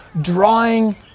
drawing